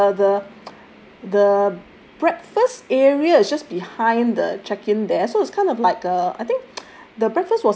I think the the the breakfast area just behind the check in there so it's kind of like a I think